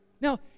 Now